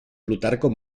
plutarco